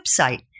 website